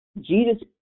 Jesus